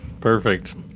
perfect